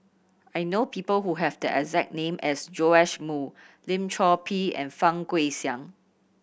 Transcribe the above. I know people who have the exact name as Joash Moo Lim Chor Pee and Fang Guixiang